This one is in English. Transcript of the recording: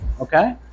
okay